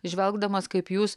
žvelgdamas kaip jūs